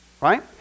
right